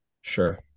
Sure